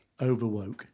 Overwoke